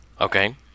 Okay